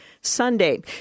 Sunday